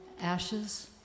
ashes